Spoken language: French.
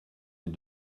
les